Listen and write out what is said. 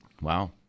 Wow